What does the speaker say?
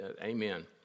Amen